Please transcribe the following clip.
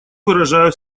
выражаю